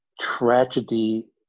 tragedy